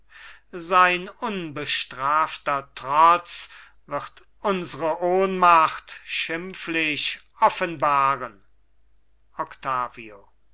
sein unbestrafter trotz wird unsre ohnmacht schimpflich offenbaren octavio